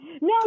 No